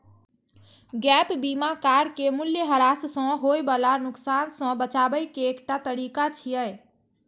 gap बीमा car के मूल्यह्रास सं होय बला नुकसान सं बचाबै के एकटा तरीका छियै